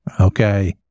okay